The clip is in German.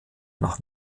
nach